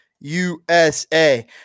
USA